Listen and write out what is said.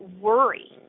worry